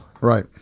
Right